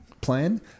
plan